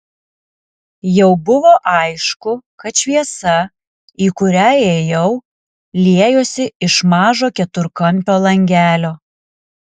jau buvo aišku kad šviesa į kurią ėjau liejosi iš mažo keturkampio langelio